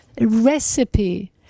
recipe